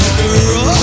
girl